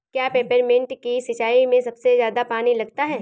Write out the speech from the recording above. क्या पेपरमिंट की सिंचाई में सबसे ज्यादा पानी लगता है?